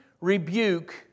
rebuke